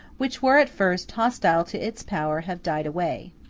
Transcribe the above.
which were at first hostile to its power, have died away.